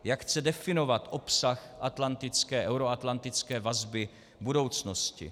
Jak chce definovat obsah atlantické, euroatlantické vazby v budoucnosti.